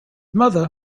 mother